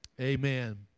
Amen